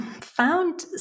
found